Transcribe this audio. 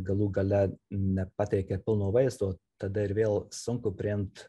galų gale nepateikia pilno vaizdo tada ir vėl sunku priimt